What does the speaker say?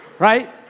Right